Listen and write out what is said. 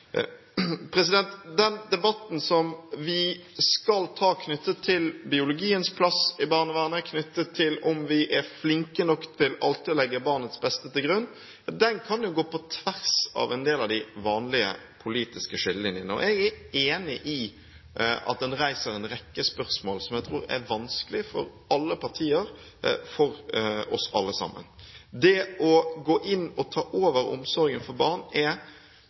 Den debatten som vi skal ta knyttet til biologiens plass i barnevernet, knyttet til om vi er flinke nok til alltid å legge barnets beste til grunn, kan gå på tvers av en del av de vanlige politiske skillelinjene, og jeg er enig i at det reiser en rekke spørsmål som jeg tror er vanskelige for alle partier og for oss alle sammen. Det å gå inn og ta over omsorgen for barn er